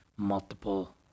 multiple